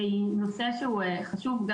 שזה נושא שהוא גם חשוב,